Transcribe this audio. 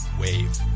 Wave